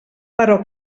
però